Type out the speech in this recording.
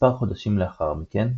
מספר חודשים לאחר מכן,